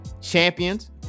Champions